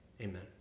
Amen